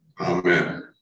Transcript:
amen